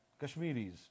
Kashmiris